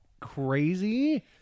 crazy